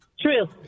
True